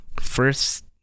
first